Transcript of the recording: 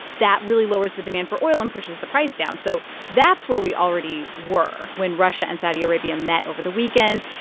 that really lowers the demand for oil and pushes the price down. so that's where we already were when russia and saudi arabia met over the weekend,